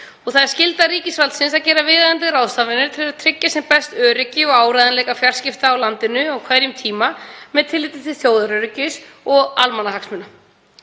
Það er skylda ríkisvaldsins að gera viðeigandi ráðstafanir til að tryggja sem best öryggi og áreiðanleika fjarskipta á landinu á hverjum tíma með tilliti til þjóðaröryggis og almannahagsmuna.